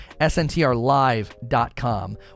SNTRlive.com